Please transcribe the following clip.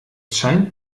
scheint